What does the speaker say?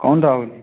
कौन राहुल